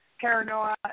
Paranoia